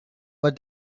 but